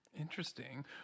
Interesting